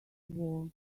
war